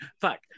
fuck